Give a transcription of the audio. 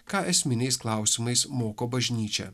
ką esminiais klausimais moko bažnyčia